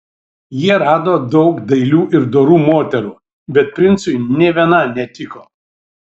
jie rado daug dailių ir dorų moterų bet princui nė viena netiko